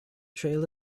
trail